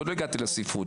עוד לא הגעתי לספרות.